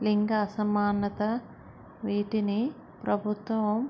లింగ అసమానత వీటిని ప్రభుత్వం